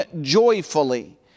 joyfully